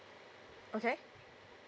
okay